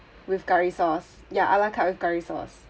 with curry sauce ya a la carte with curry sauce